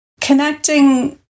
connecting